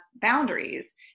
boundaries